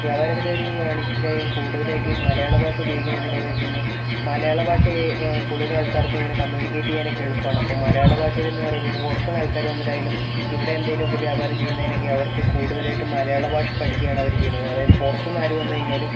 വ്യാപാരത്തിലായാലും ഈ വാണിജ്യത്തിലായാലും കൂടുതലായിട്ട് ഈ മലയാള ഭാഷ ഉപയോഗിക്കുന്നത് എന്തിനാണെന്നു വെച്ചുകഴിഞ്ഞാൽ മലയാള ഭാഷയെ കൂടുതൽ ആൾക്കാർക്കും ഇങ്ങനെ കമ്മ്യൂണിക്കേറ്റ് ചെയ്യാനൊക്കെ എളുപ്പമാണ് അപ്പോൾ മലയാള ഭാഷയിൽ എന്ന് പറയുമ്പോൾ പുറത്തു നിന്ന് ആൾക്കാർ വന്നിട്ടായാലും ഇവിടെ എന്തെങ്കിലുമൊക്കെ വ്യാപാരം ചെയ്യുന്നതിനൊക്കെ അവർക്ക് കൂടുതലായിട്ടും മലയാള ഭാഷ പഠിക്കുകയാണ് അവര് ചെയ്യുന്നത് അതായത് പുറത്തു നിന്ന് ആര് വന്നുകഴിഞ്ഞാലും